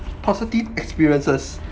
positive experiences